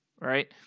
right